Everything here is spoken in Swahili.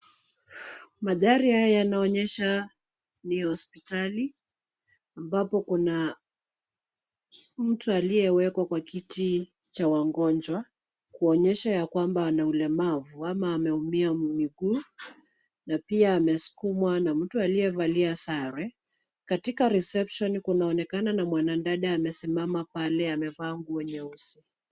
Magari haya yanaonyesha ni hospitali ambapo kuna mtu aliyewekwa kwa kiti cha wagonjwa, kuonyesha ya kwamba ana ulemavu ama ameumia miguu na pia amesukumwa na mtu aliyevalia sare. Katika reception kunaonekana na mwanadada amesimama pale amevaa nguo nyeusi.